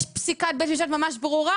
יש פסיקת בית משפט ממש ברורה.